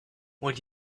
would